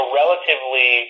relatively